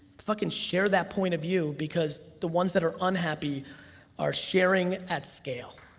fucking share that point of view, because the ones that are unhappy are sharing at scale.